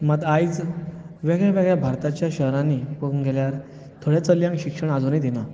मात आयज वेगळ्या वेगळ्या भारताच्या शहरांनी पळोवूंक गेल्यार थोडे चलयांक शिक्षण आजुनूय दिनात